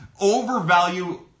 overvalue